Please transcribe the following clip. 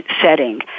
setting